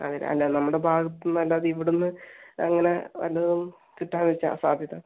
അത് അല്ല നമ്മുടെ ഭാഗത്തുനിന്ന് അല്ലാതെ ഇവിടുന്ന് അങ്ങന വല്ലതും കിട്ടാന്ന് വെച്ചാൽ സാധ്യത